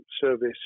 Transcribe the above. service